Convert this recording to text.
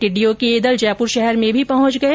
टिड्डियों के ये दल जयपुर शहर में भी पहुंच गए